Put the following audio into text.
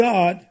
God